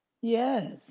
Yes